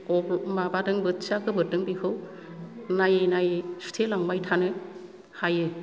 माबादों बोथिया गोबोरदों बेखौ नायै नायै सुथे लांबाय थानो हायो